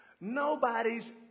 nobody's